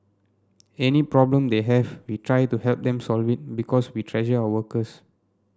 any problem they have we try to help them solve it because we treasure our workers